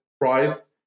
price